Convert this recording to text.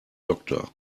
doctor